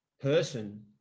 person